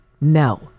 No